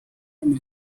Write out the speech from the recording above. junior